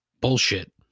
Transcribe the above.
bullshit